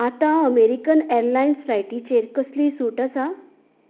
आतां American airlines फ्लायटींचेर कसलीय सूट आसा